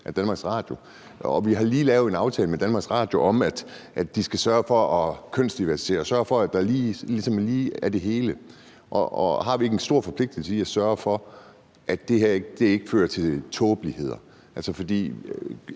af Danmarks Radio, og vi har lige lavet en aftale med Danmarks Radio om, at de skal sørge for kønsdiversitet, sørge for, at der er lige mange af begge køn. Og har vi ikke en stor forpligtigelse til at sørge for, at det her ikke fører til tåbeligheder? For